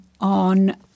on